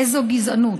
איזו גזענות?